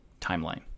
timeline